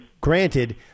Granted